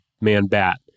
man-bat